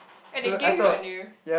and I give it on you